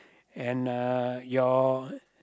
and uh your